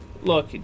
Look